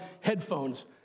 headphones